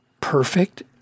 perfect